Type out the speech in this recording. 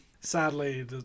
Sadly